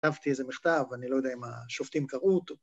‫כתבתי איזה מכתב, ‫אני לא יודע אם השופטים קראו אותו.